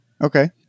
Okay